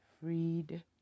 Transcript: freed